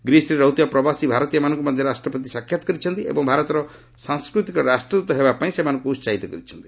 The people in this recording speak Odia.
ଗ୍ରୀସ୍ରେ ରହୁଥିବା ପ୍ରବାସୀ ଭାରତୀୟମାନଙ୍କୁ ମଧ୍ୟ ରାଷ୍ଟ୍ରପତି ସାକ୍ଷାତ୍ କରିଛନ୍ତି ଏବଂ ଭାରତର ସାଂସ୍କୃତିକ ରାଷ୍ଟ୍ରଦୃତ ହେବାପାଇଁ ସେମାନଙ୍କୁ ଉତ୍କାହିତ କରିଛନ୍ତି